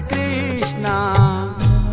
Krishna